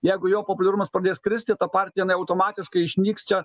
jeigu jo populiarumas pradės kristi ta partija jinai automatiškai išnyks čia